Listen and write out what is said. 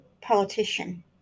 politician